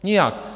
Nijak!